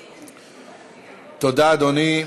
תודה, אדוני.